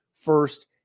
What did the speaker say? first